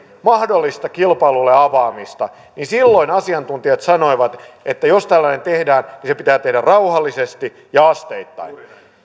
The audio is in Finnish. mahdollista kilpailulle avaamista niin silloin asiantuntijat sanoivat että jos tällainen tehdään niin se pitää tehdä rauhallisesti ja asteittain